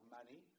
money